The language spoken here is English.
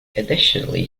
additionally